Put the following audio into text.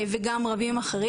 כמו גם עוד רבים אחרים.